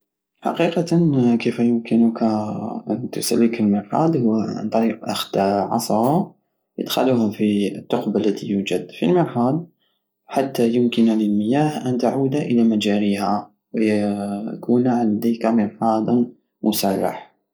حقيقتا كيف يمكنك ان تسلك المرحاض هو عن طريق اخد عصى ادخالها في التقب التي يوجد في المرحاض حتى يمكن للمياه ان تعود الى مجاريها ويكون عندك مرحاضا مسرح